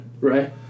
Right